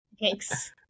Thanks